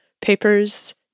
papers